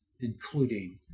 including